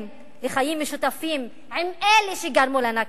לחיים משותפים עם אלה שגרמו ל"נכבה",